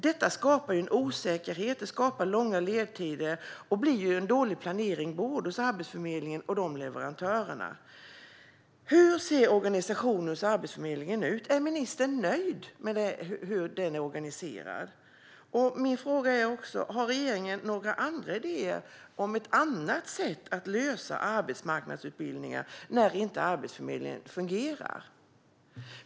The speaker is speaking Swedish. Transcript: Detta skapar en osäkerhet och långa ledtider, och det leder till en dålig planering både hos Arbetsförmedlingen och hos leverantörerna. Hur ser organisationen hos Arbetsförmedlingen ut? Är ministern nöjd med hur Arbetsförmedlingen är organiserad? Jag undrar också: Har regeringen några idéer om ett annat sätt att lösa frågan om arbetsmarknadsutbildningar när inte Arbetsförmedlingen fungerar?